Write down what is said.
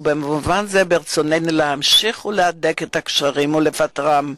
ובמובן זה ברצוננו להמשיך ולהדק את הקשרים ולפתחם.